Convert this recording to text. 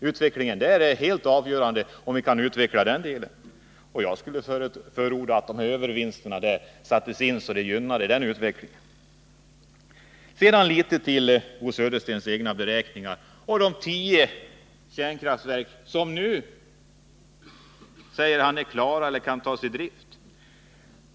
Utvecklingen där är helt beroende av om vi kan utveckla dessa industrier. Jag förordar att dessa övervinster sätts in så att de gynnar den utvecklingen. Sedan litet om Bo Söderstens egna beräkningar och de tio kärnkraftverk som nu, säger han, är klara eller kan tas i drift.